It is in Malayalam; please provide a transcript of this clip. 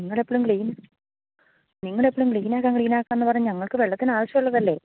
നിങ്ങൾ എപ്പോഴും ക്ലീൻ നിങ്ങൾ എപ്പോഴും ക്ലീനാക്കാം ക്ലീനാക്കാമെന്ന് പറഞ്ഞു ഞങ്ങൾക്ക് വെള്ളത്തിന് ആവശ്യമുള്ളതല്ലേ